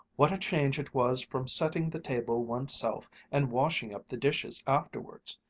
what a change it was from setting the table one's self and washing up the dishes afterwards.